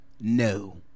no